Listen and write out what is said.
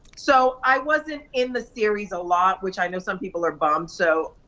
so i wasn't in the series a lot, which i know some people are bummed, so,